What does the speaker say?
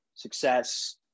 success